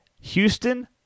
Houston